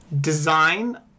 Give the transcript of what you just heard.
design